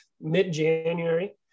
mid-January